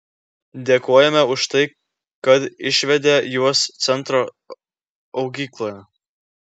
dėkojame už tai kad išvedė juos centro augykloje